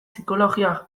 psikologia